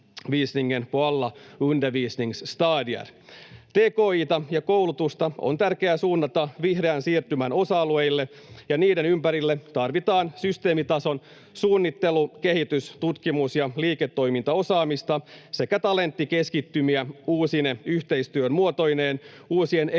ja koulutusta on tärkeää suunnata vihreän siirtymän osa-alueille, ja niiden ympärille tarvitaan systeemitason suunnittelu‑, kehitys‑, tutkimus‑ ja liiketoimintaosaamista sekä talenttikeskittymiä uusine yhteistyön muotoineen, uusien ekosysteemien